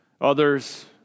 Others